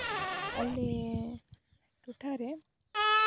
ᱟᱞᱮ ᱴᱚᱴᱷᱟᱨᱮ